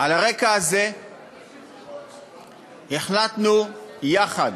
על רקע זה החלטנו יחד,